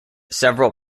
several